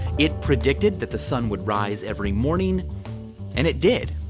it predicted that the sun would rise every morning and it did.